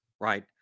right